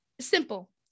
Simple